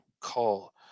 call